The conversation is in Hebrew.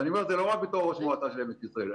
ואני אומר את זה לא רק בתור ראש מועצת עמק יזרעאל.